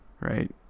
right